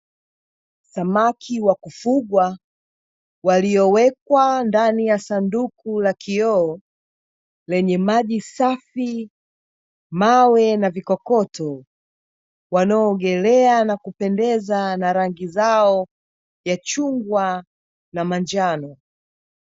Samaki wa kufugwa waliowekwa ndani ya sanduku la kioo, lenye maji safi, mawe na vikokoto, wanaoogelea na kupendeza na rangi zao ya chungwa na manjano.